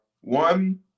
one